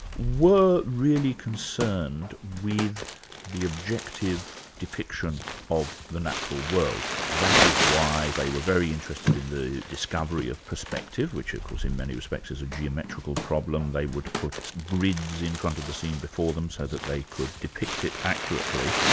were really concerned with the objective objective depiction of the natural world that is why they were very interested in the discovery of perspective, which of course in many respects is a geometrical problem. they would put grids in front of the scene before them so that they could depict it accurately,